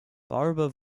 barber